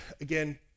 Again